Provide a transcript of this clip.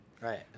right